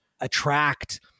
attract